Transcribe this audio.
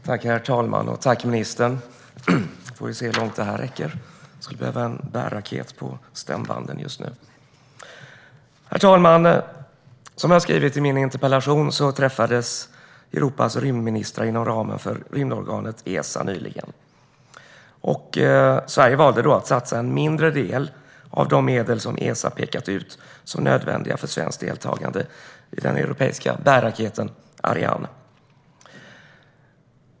Herr talman! Jag tackar ministern för svaret. Som jag har skrivit i min interpellation träffades Europas rymdministrar inom ramen för rymdorganet Esa nyligen. Sverige valde då att satsa en mindre del av de medel som Esa pekat ut som nödvändiga för svenskt deltagande i den europeiska bärraketen Ariane.